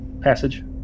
passage